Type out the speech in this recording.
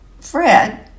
Fred